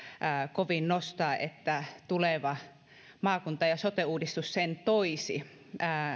kovin nostaa että tuleva maakunta ja sote uudistus sen toisi